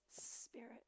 Spirit